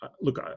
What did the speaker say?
look